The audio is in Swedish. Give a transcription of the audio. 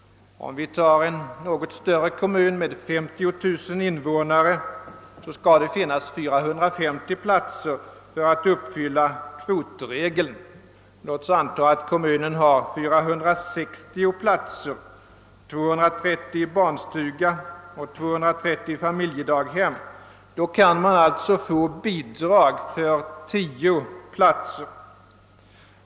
Om vi tar en större kommun med 50 000 invånare, skall det finnas 450 platser för att uppfylla kvotregeln. Låt oss anta att kommunen har 460 platser, 230 i barnstugor och 230 i familjedagbem. Då kan man alltså få bidrag till 10 platser.